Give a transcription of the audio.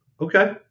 Okay